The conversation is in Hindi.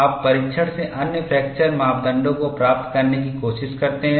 आप परीक्षण से अन्य फ्रैक्चर मापदंडों को प्राप्त करने की कोशिश करते हैं